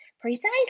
precisely